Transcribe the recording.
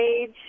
age